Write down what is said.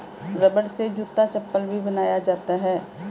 रबड़ से जूता चप्पल भी बनाया जाता है